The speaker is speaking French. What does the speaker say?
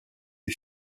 des